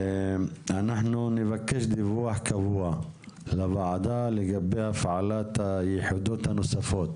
אנחנו נבקש לקבל דיווח קבוע לוועדה לגבי הפעלת היחידות הנוספות,